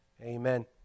amen